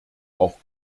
auch